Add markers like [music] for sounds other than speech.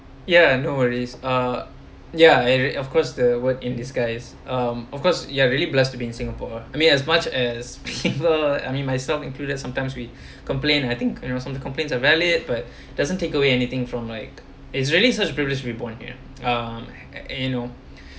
ya no worries uh ya and of course the word in disguise um of course you are really blessed to be in singapore I mean as much as people [laughs] I mean myself included sometimes we [breath] complain I think you know some of the complaints are valid but [breath] doesn't take away anything from like it's really such a privilege to be born here um [noise] you know